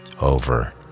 over